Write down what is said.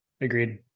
Agreed